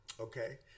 Okay